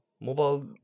Mobile